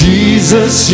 Jesus